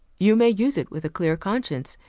you may use it with a clear conscience.